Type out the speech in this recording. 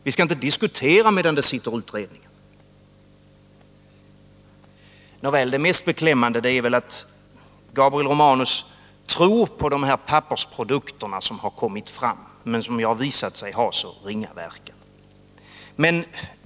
Vi skall inte diskutera medan det pågår utredningar. Men det mest beklämmande är att Gabriel Romanus tror på de pappersprodukter som har kommit fram och som visat sig ha så ringa verkan.